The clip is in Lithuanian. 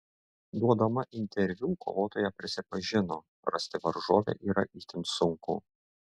duodama interviu kovotoja prisipažino rasti varžovę yra itin sunku